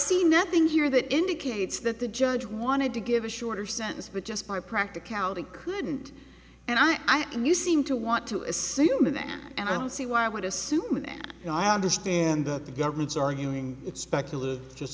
see nothing here that indicates that the judge wanted to give a shorter sentence but just by practicality couldn't and i am you seem to want to assume that and i don't see why i would assume and i understand that the government's arguing it's speculative just